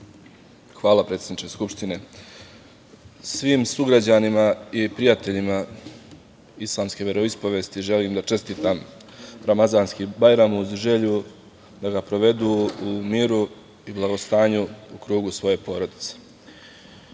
Hvala, predsedniče. Svim sugrađanima i prijateljima islamske veroispovesti želim da čestitam Ramazanski Bajram, uz želju da ga provedu u miru i blagostanju u krugu svoje porodice. Zakon